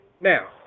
Now